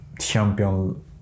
champion